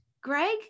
Greg